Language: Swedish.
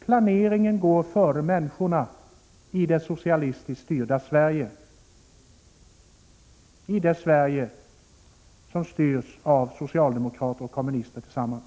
Planeringen går före människorna i det socialistiskt styrda Sverige, i det Sverige som styrs av socialdemokrater och kommunister tillsammans.